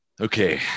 Okay